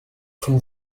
from